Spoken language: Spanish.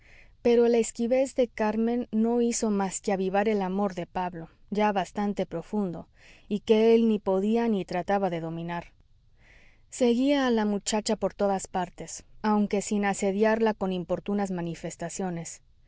pero la esquivez de carmen no hizo más que avivar el amor de pablo ya bastante profundo y que él ni podía ni trataba de dominar seguía a la muchacha por todas partes aunque sin asediarla con importunas manifestaciones